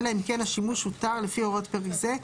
אלא אם כן השימוש הותר לפי הוראות פרק זה,